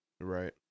Right